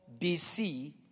BC